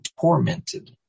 tormented